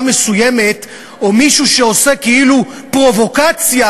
מסוימת או מישהו שעושה כאילו פרובוקציה,